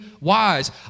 wise